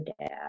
dad